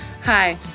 Hi